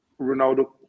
Ronaldo